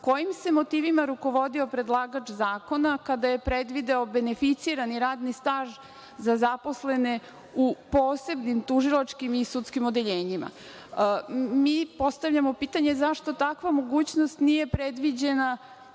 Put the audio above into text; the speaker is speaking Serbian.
kojim se motivima rukovodio predlagač zakona kada je predvideo beneficirani radni staž za zaposlene u posebnim tužilačkim i sudskim odeljenjima. Mi postavljamo pitanje – zašto takva mogućnost nije predviđena